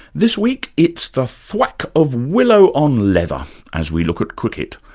this week, it's the thwack of willow on leather as we look at cricket,